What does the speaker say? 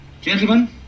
Gentlemen